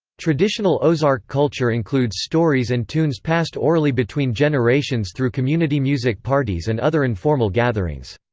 traditional ozark culture includes stories and tunes passed orally between generations through community music parties and other informal gatherings.